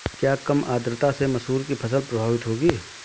क्या कम आर्द्रता से मसूर की फसल प्रभावित होगी?